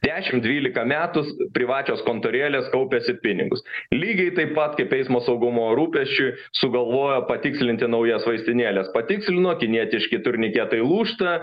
dešimt dvylika metų privačios kontorėlės kaupiasi pinigus lygiai taip pat kaip eismo saugumo rūpesčiu sugalvojo patikslinti naujas vaistinėles patikslino kinietiški turniketai lūžta